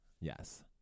Yes